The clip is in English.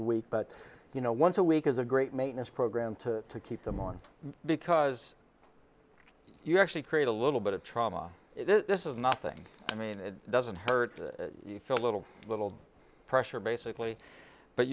a week but you know once a week is a great maintenance program to keep them on because you actually create a little bit of trauma this is nothing i mean it doesn't hurt you feel a little little pressure basically but